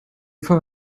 fall